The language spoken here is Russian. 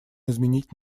изменить